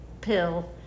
pill